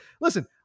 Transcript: listen